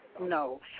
No